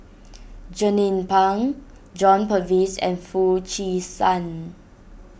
Jernnine Pang John Purvis and Foo Chee San